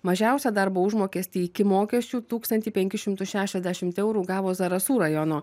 mažiausią darbo užmokestį iki mokesčių tūkstantį penkis šimtus šešiasdešimt eurų gavo zarasų rajono